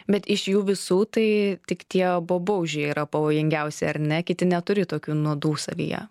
bet iš jų visų tai tik tie babaužiai yra pavojingiausi ar ne kiti neturi tokių nuodų savyje